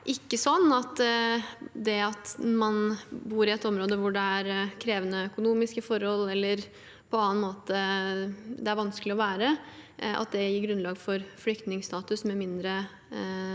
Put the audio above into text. ikke slik at det at man bor i et område hvor det er krevende økonomiske forhold eller det på annen måte er vanskelig å være, gir grunnlag for flyktningstatus, med mindre